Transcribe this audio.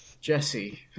Jesse